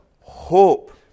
hope